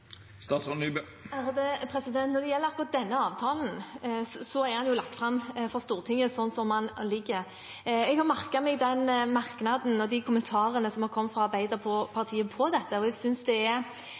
Når det gjelder akkurat denne avtalen, er den lagt fram for Stortinget sånn som den ligger. Jeg har merket meg den merknaden og de kommentarene som har kommet fra